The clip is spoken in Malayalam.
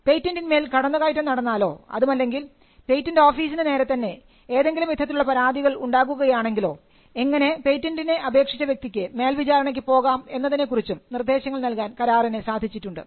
പേറ്റന്റിന്മേൽ കടന്നുകയറ്റം നടന്നാലോ അതുമല്ലെങ്കിൽ പേറ്റന്റ് ഓഫീസിൽ നേരെത്തന്നെ ഏതെങ്കിലും വിധത്തിലുള്ള പരാതികൾ ഉണ്ടാകുകയാണെങ്കിലോ എങ്ങനെ പേറ്റന്റിന് അപേക്ഷിച്ച് വ്യക്തിക്ക് മേൽ വിചാരണയ്ക്ക് പോകാം എന്നതിനെക്കുറിച്ചും നിർദ്ദേശങ്ങൾ നൽകാൻ കരാറിന് സാധിച്ചിട്ടുണ്ട്